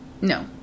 No